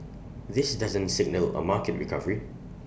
this doesn't signal A market recovery